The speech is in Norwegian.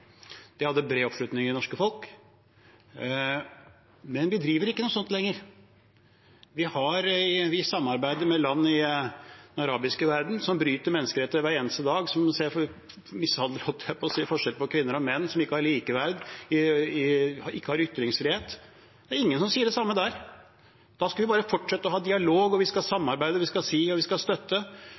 Det hadde bred oppslutning i det norske folk, men vi driver ikke med slikt lenger. Vi samarbeider med land i den arabiske verden som bryter menneskerettighetene hver eneste dag, som gjør forskjell på kvinner og menn, at de ikke har likeverd og ytringsfrihet. Det er ingen som sier det samme om det. Der skal vi bare fortsette å ha dialog, vi skal samarbeide og støtte.